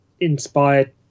inspired